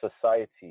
society